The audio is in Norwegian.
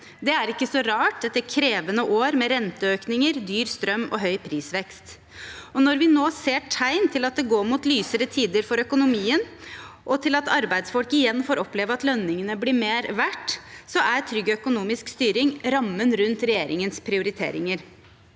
Det er ikke så rart etter krevende år med renteøkninger, dyr strøm og høy prisvekst. Når vi nå ser tegn til at det går mot lysere tider for økonomien, og til at arbeidsfolk igjen får oppleve at lønningene blir mer verdt, er trygg økonomisk styring rammen rundt regjeringens prioriteringer.